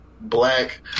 Black